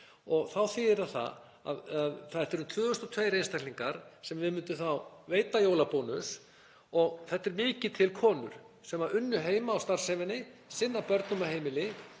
Það þýðir að þetta eru 2.200 einstaklingar sem við myndum þá veita jólabónus. Þetta eru mikið til konur sem unnu heima á starfsævi sinni, sinntu börnum og heimili